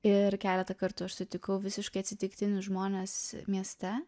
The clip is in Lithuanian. ir keletą kartų aš sutikau visiškai atsitiktinius žmones mieste